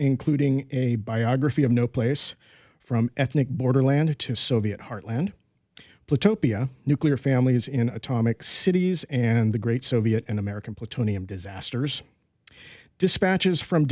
including a biography of no place from ethnic border lander to soviet heartland put topia nuclear families in atomic cities and the great soviet and american plutonium disasters dispatches from